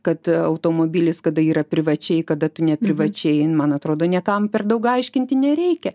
kad automobilis kada yra privačiai kada tu ne privačiai man atrodo niekam per daug aiškinti nereikia